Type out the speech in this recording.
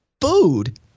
food